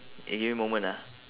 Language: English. eh give me a moment ah